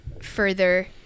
further